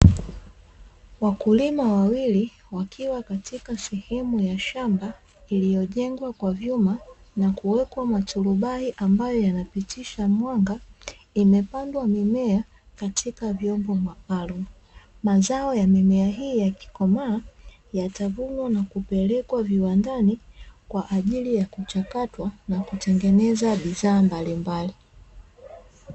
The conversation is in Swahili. Wakulima wawili, wakiwa katika sehemu ya shamba iliyojengwa kwa vyuma na kuwekwa matulubai ambayo yanapitisha mwanga, imepandwa mimea katika vyombo maalum. Mazao ya mimea hii yakikomaa, yatavunwa na kupelekwa viwandani kwa ajili ya kuchakatwa na kutengeneza bidhaa mbalimbali.